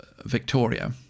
Victoria